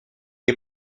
est